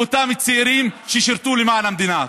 לאותם צעירים ששירתו למען המדינה.